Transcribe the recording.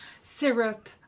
syrup